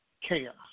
chaos